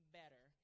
better